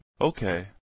Okay